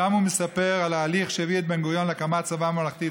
שם הוא מספר על ההליך שהביא את בן-גוריון להקמת צבא ממלכתי,